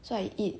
so I eat